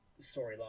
storyline